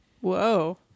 Whoa